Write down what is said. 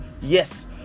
Yes